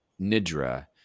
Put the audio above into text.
nidra